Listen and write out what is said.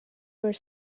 were